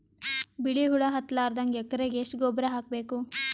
ಬಿಳಿ ಹುಳ ಹತ್ತಲಾರದಂಗ ಎಕರೆಗೆ ಎಷ್ಟು ಗೊಬ್ಬರ ಹಾಕ್ ಬೇಕು?